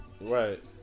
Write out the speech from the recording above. right